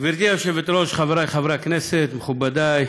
גברתי היושבת-ראש, חברי חברי הכנסת, מכובדי,